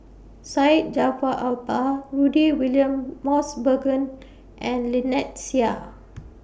Syed Jaafar Albar Rudy William Mosbergen and Lynnette Seah